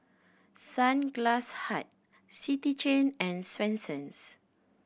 Sunglass Hut City Chain and Swensens